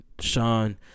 Sean